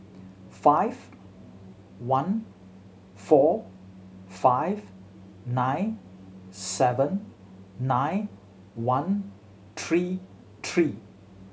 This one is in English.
five one four five nine seven nine one three three